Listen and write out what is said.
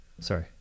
Sorry